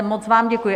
Moc vám děkuji.